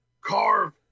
carve